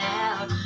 out